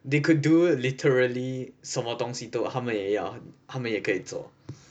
they could do literally 什么东西都他们也要他们也可以做